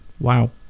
wow